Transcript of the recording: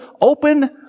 open